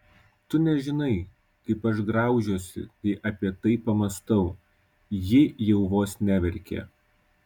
tu nežinai kaip aš graužiuosi kai apie tai pamąstau ji jau vos neverkė